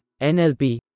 NLP